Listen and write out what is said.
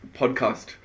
podcast